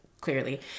clearly